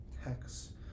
Hex